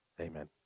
Amen